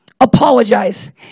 apologize